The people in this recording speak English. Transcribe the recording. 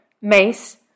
MACE